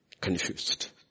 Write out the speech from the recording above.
Confused